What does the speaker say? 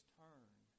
turn